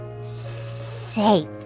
Safe